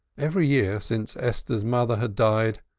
every year since esther's mother had died,